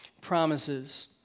promises